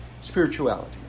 spirituality